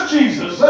Jesus